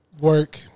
work